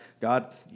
God